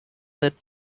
that